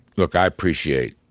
look i appreciate,